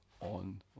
on